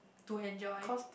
to enjoy